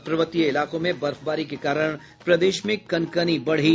और पर्वतीय इलाकों में बर्फबारी के कारण प्रदेश में कनकनी बढी